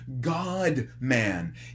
God-man